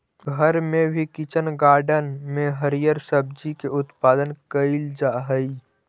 घर में भी किचन गार्डन में हरिअर सब्जी के उत्पादन कैइल जा हई